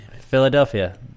Philadelphia